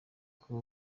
kuba